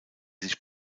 sich